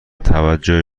توجه